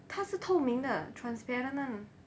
他是透明的 transparent ah